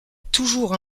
toujours